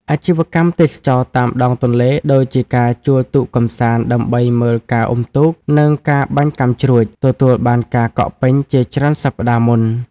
អាជីវកម្មទេសចរណ៍តាមដងទន្លេ ដូចជាការជួលទូកកម្សាន្តដើម្បីមើលការអុំទូក និងការបាញ់កាំជ្រួច ទទួលបានការកក់ពេញជាច្រើនសប្តាហ៍មុន។